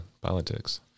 politics